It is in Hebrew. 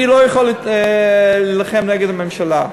אני לא יכול להילחם נגד הממשלה,